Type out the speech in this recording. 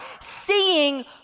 seeing